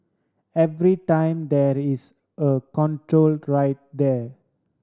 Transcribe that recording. every time that is a control right there